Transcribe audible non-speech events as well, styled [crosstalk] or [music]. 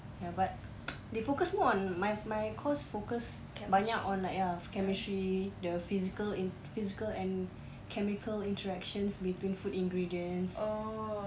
ya but [noise] they focus more on my my course focus banyak on like ya chemistry the physical int~ physical and chemical interactions between food ingredients